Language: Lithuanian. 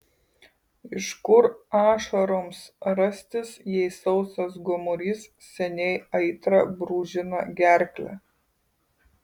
iš kur ašaroms rastis jei sausas gomurys seniai aitra brūžina gerklę